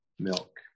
milk